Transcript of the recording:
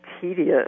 tedious